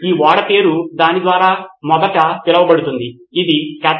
మీరు మరింత సాధన చేస్తే మీరు మరింత అవగాహన పొందుతారు నితిన్ కురియన్ మంచి అవగాహన